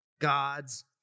God's